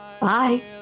Bye